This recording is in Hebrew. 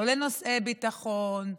לא לנושאי ביטחון,